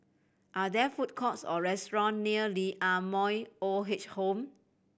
are there food courts or restaurants near Lee Ah Mooi Old Age Home